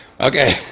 Okay